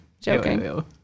Joking